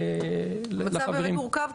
מצב מורכב.